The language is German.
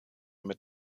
mit